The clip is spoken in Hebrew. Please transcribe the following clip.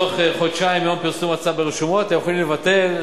בתוך חודשיים מיום פרסום הצו ברשומות אתם יכולים לבטל,